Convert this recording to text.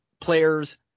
Players